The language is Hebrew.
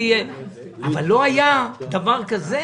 אבל לא היה דבר כזה,